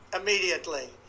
immediately